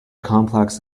complex